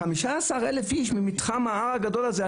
15,000 אנשים במתחם ההר הגדול הזה.